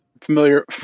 Familiar